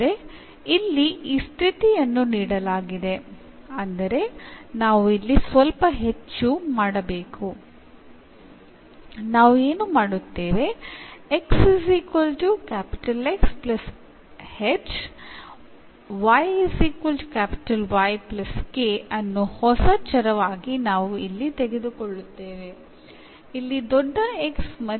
അതിനർത്ഥം നമ്മൾ ഇവിടെ കുറച്ചുകാര്യങ്ങൾ അധികമായി ചെയ്യേണ്ടതുണ്ട് എന്നാണ്